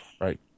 right